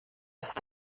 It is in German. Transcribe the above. ist